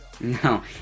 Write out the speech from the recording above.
No